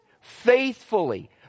Faithfully